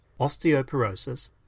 osteoporosis